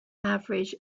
average